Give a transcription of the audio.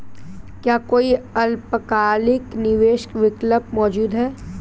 क्या कोई अल्पकालिक निवेश विकल्प मौजूद है?